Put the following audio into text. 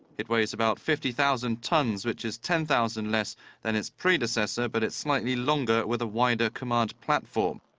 it weighs about fifty thousand tons, which is ten thousand less than its predecessor, but it's slightly longer with a wider command platform.